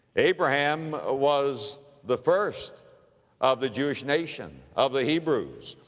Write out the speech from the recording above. abraham was the first of the jewish nation, of the hebrews,